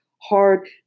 hard